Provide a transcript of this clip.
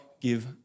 give